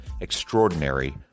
extraordinary